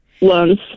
loans